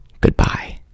goodbye